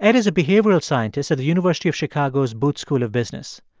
ed is a behavioral scientist at the university of chicago's booth school of business.